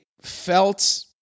felt